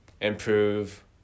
improve